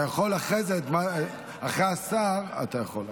אתה יכול אחרי זה, אחרי השר אתה יכול.